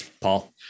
Paul